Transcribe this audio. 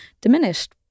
diminished